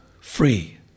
free